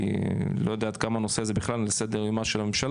כי לא יודע עד כמה הנושא הזה בכלל על סדר יומה של הממשלה,